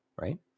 right